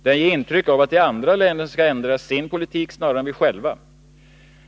Det ger intryck av att det är andra länder som skall ändra sin politik snarare än vi själva.